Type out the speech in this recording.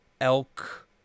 Elk